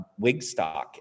Wigstock